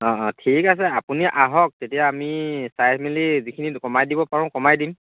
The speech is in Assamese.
অঁ অঁ ঠিক আছে আপুনি আহক তেতিয়া আমি চাই মেলি যিখিনি কমাই দিব পাৰো কমাই দিম